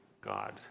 God